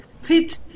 fit